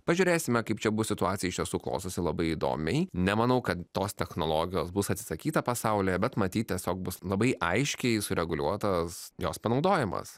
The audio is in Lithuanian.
pažiūrėsime kaip čia bus situacija iš tiesų klostosi labai įdomiai nemanau kad tos technologijos bus atsisakyta pasaulye bet matyt tiesiog bus labai aiškiai sureguliuotas jos panaudojimas